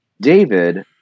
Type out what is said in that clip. David